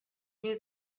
knew